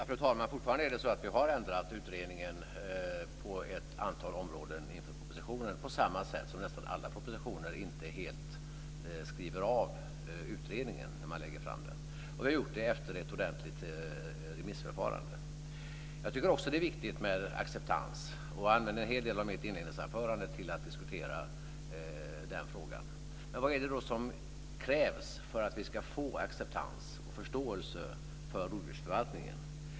Fru talman! Fortfarande är det så att vi har ändrat utredningens förslag på ett antal områden inför propositionen, på samma sätt som i samband med nästan alla propositionen där vi inte helt skriver av utredningen när vi lägger fram dem. Det har vi gjort efter ett ordentligt remissförfarande. Jag tycker också att det är viktigt med acceptans. Jag använde en hel del av mitt inledningsanförande till att diskutera den frågan. Vad är det som krävs för att vi ska få acceptans och förståelse för rovdjursförvaltningen?